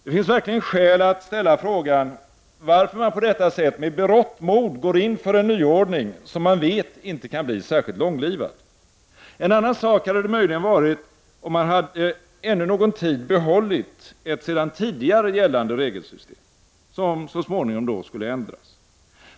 Det finns verkligen skäl att ställa frågan varför man på detta sätt med berått mod går in för en nyordning som man vet inte kan bli särskilt långlivad. En annan sak hade det möjligen varit, om man hade ännu någon tid behållit ett sedan tidigare gällande regelsystem, som så småningom skulle ändras.